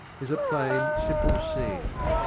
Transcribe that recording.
is a plain, simple scene.